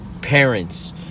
parents